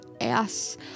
ass